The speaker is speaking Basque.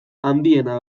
handiena